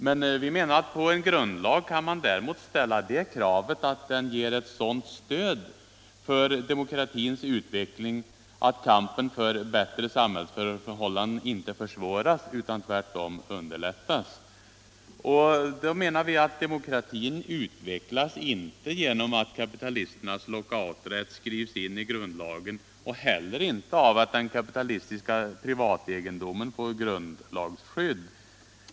Men vi menar att man på en grundlag kan ställa det kravet att den ger ett sådant stöd för demokratins utveckling att kampen för bättre samhällsförhållanden inte försvåras utan tvärtom underlättas. Vi menar att demokratin inte utvecklas genom att kapitalisternas lockouträtt skrivs in i grundlagen och heller inte av att den kapitalistiska privategendomen får grundlagsskydd.